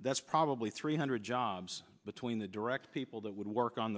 that's probably three hundred jobs between the direct people that would work on